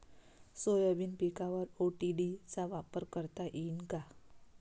Soybean पिकावर ODT चा वापर करता येईन का?